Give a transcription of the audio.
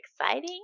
exciting